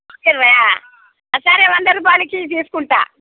నూట ఇరవై సరే వంద రూపాయలకి ఇవ్వు తీసుకుంటాను